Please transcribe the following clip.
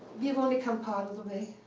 we've only come part of the way.